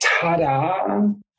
Tada